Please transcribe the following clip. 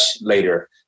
later